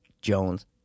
Jones